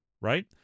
right